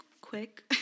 quick